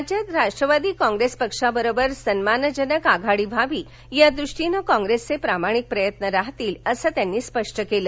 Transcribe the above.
राज्यात राष्ट्रवादी कॉंग्रेस पक्षाबरोबर सन्मानजनक आघाडी व्हावी यादृष्टीनंच कौंग्रेस चे प्रामाणिक प्रयत्न राहतील असं त्यांनी अखेरीस स्पष्ट केलं